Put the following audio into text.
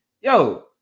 yo